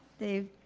the